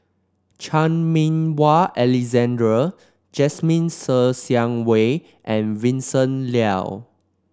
Chan Meng Wah Alexander Jasmine Ser Xiang Wei and Vincent Leow